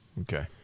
Okay